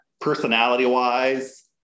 personality-wise